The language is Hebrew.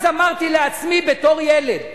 אז אמרתי לעצמי בתור ילד,